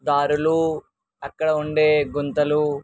దారులు అక్కడ ఉండే గుంతలు